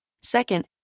Second